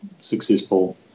successful